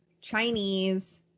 Chinese